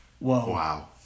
Wow